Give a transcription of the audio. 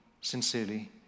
sincerely